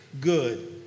good